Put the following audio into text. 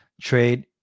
Trade